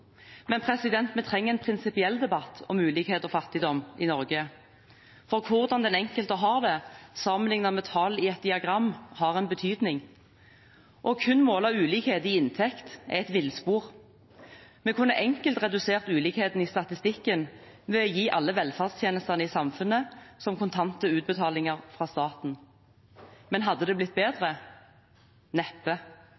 Men vi trenger en prinsipiell debatt om ulikhet og fattigdom i Norge. For hvordan den enkelte har det, sammenlignet med tall i et diagram, har en betydning. Kun å måle ulikhet i inntekt er et villspor. Vi kunne enkelt redusert ulikheten i statistikken ved å gi alle velferdstjenestene i samfunnet som kontante utbetalinger fra staten. Men hadde det blitt